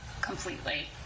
completely